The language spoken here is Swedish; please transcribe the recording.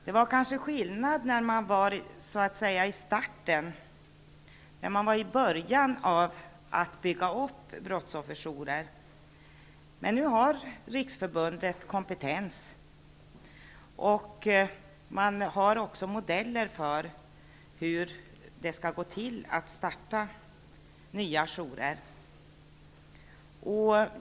Det var kanske skillnad när man just hade börjat bygga upp brottsofferjourer, men nu har Riksförbundet kompetens, och man har också modeller för hur det skall gå till att starta nya jourer.